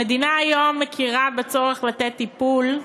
המדינה מכירה כיום בצורך לתת טיפול,